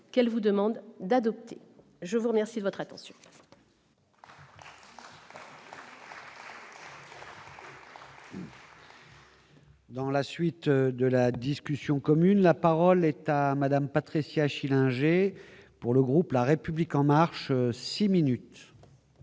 qu'elle vous demande d'adopter, je vous remercie de votre attention. Dans la suite de la discussion commune, la parole est à Madame Patricia Schillinger pour le groupe, la République en marche 6 minutes.